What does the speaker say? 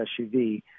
SUV